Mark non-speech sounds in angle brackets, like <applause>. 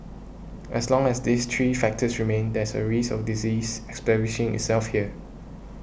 as long as these three factors remain there's a risk of disease <unintelligible> itself here